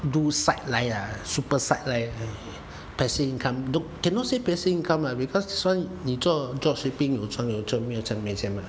do side line ah super side line passive income cannot say passive income ah because 所以你做 drop shipping 你假如有做没有赚没有钱吗